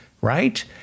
right